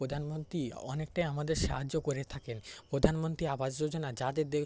প্রধানমন্ত্রী অনেকটাই আমাদের সাহায্য করে থাকেন প্রধানমন্ত্রী আবাস যোজনা যাদের দে